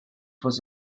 was